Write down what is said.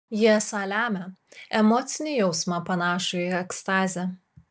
ji esą lemia emocinį jausmą panašų į ekstazę